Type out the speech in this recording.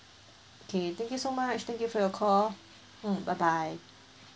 okay thank you so much thank you for your call mm bye bye